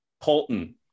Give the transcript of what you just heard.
Colton